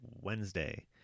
Wednesday